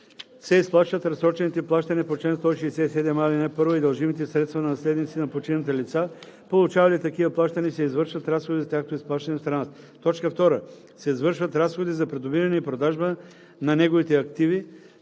се изплащат разсрочените плащания по чл. 167а, ал. 1 и дължимите средства на наследниците на починалите лица, получавали такива плащания, и се извършват разходи за тяхното изплащане в страната; 2. се извършват разходи за придобиване и продажба на неговите активи;